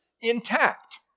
intact